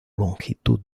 longitud